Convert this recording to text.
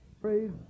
Praise